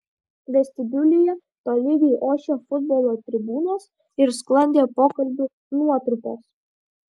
vestibiulyje tolygiai ošė futbolo tribūnos ir sklandė pokalbių nuotrupos